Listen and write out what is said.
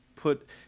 put